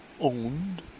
owned